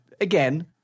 again